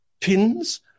pins